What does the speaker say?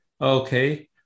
Okay